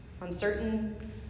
uncertain